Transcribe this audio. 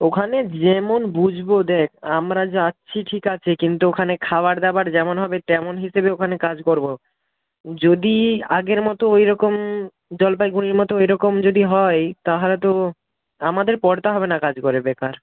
ওখানে যেমন বুঝব দেখ আমরা যাচ্ছি ঠিক আছে কিন্তু ওখানে খাবার দাবার যেমন হবে তেমন হিসেবে ওখানে কাজ করব যদি আগের মতো ওইরকম জলপাইগুড়ির মতো ওইরকম যদি হয় তাহলে তো আমাদের পড়তা হবে না কাজ করে বেকার